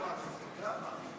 למה אתה מדבר בצורה כזאת?